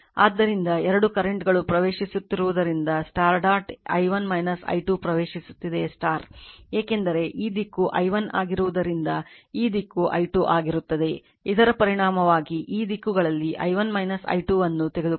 ಆದ್ದರಿಂದ 2 ಕರೆಂಟ್ಗಳು ಪ್ರವೇಶಿಸುತ್ತಿರುವುದರಿಂದ ಡಾಟ್ i 1 i 2 ಪ್ರವೇಶಿಸುತ್ತಿದೆ ಏಕೆಂದರೆ ಈ ದಿಕ್ಕು i1 ಆಗಿರುವುದರಿಂದ ಈ ದಿಕ್ಕು i2 ಆಗಿರುತ್ತದೆ ಇದರ ಪರಿಣಾಮವಾಗಿ ಈ ದಿಕ್ಕುಗಳಲ್ಲಿ i1 i2 ಅನ್ನು ತೆಗೆದುಕೊಂಡಿದೆ